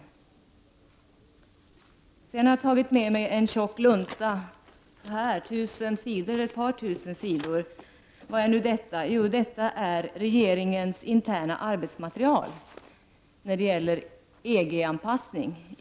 Jag har i min hand en tjock lunta om ett par tusen sidor. Vad är nu detta? Jo, det är regeringens interna arbetsmaterial i frågan om EG-anpassningen.